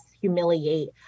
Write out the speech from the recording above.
humiliate